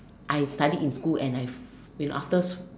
I studied in school and I've been after